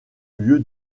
lieu